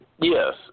Yes